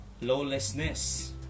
lawlessness